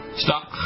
Stop